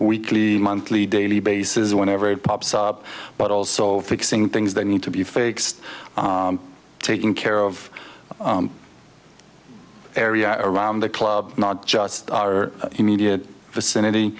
weekly monthly daily basis whenever it pops up but also fixing things that need to be fixed taking care of area around the club not just our immediate vicinity